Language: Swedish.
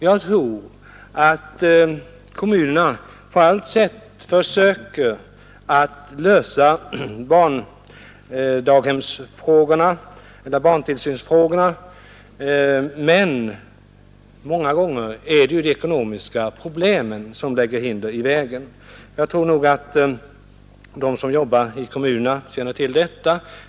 Jag tror att kommunerna på bästa sätt försöker lösa barntillsynsfrågorna, men många gånger är det ekonomiska problem som lägger hinder i vägen. Jag tror nog att de som jobbar i kommunerna känner till detta.